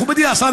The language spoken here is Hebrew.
מכובדי השר,